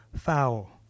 foul